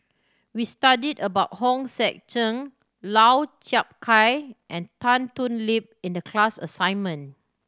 we studied about Hong Sek Chern Lau Chiap Khai and Tan Thoon Lip in the class assignment